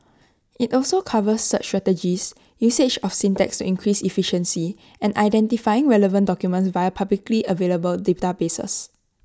IT also covers search strategies usage of syntax to increase efficiency and identifying relevant documents via publicly available databases